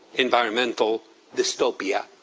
environmental dystopia,